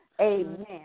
Amen